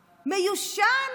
מיושן?